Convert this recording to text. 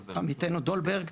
עמיתנו דולברג,